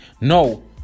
No